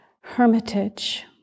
Hermitage